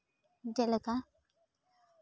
ᱡᱮᱞᱮᱠᱟ